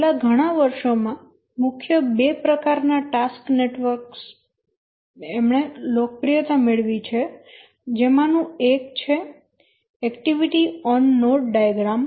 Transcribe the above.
છેલ્લા ઘણા વર્ષો માં મુખ્ય બે પ્રકારનાં ટાસ્ક નેટવર્ક એ લોકપ્રિયતા મેળવી છેજેમાનું એક છે એક્ટિવિટી ઓન નોડ ડાયાગ્રામ